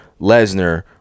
Lesnar